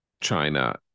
China